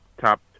top